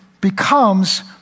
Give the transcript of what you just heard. becomes